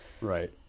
Right